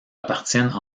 appartiennent